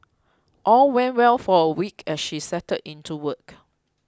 all went well for a week as she settled into work